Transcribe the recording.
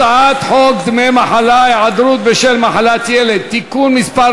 הצעת חוק דמי מחלה (היעדרות בשל מחלת ילד) (תיקון מס'